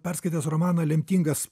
perskaitęs romaną lemtingas